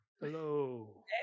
Hello